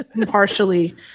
partially